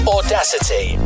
Audacity